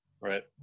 Right